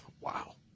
Wow